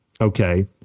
Okay